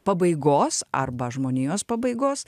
pabaigos arba žmonijos pabaigos